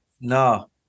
No